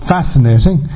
Fascinating